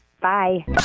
Bye